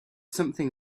something